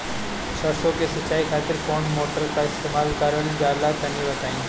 सरसो के सिंचाई खातिर कौन मोटर का इस्तेमाल करल जाला तनि बताई?